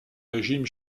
régime